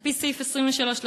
על-פי סעיף 23 לחוק,